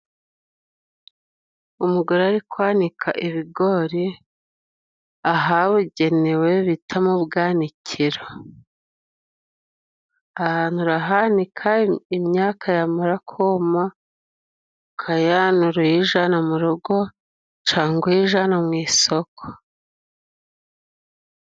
Umugore ari kwanika ibigori ahabugenewe bita mu bwanikiro. Ahantu urahanika, imyaka yamara kuma, ukayanura uyijaana mu rugo cangwa uyijana mu isoko.